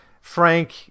frank